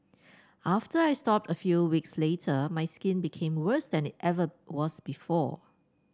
after I stopped a few weeks later my skin became worse than it ever was before